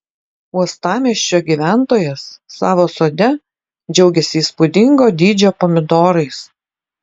uostamiesčio gyventojas savo sode džiaugiasi įspūdingo dydžio pomidorais